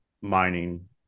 mining